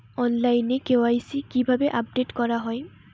অনলাইনে কে.ওয়াই.সি কিভাবে আপডেট করা হয়?